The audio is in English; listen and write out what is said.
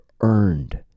earned